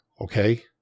okay